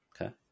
Okay